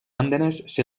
andenes